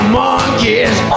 monkeys